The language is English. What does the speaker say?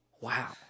wow